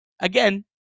again